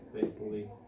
faithfully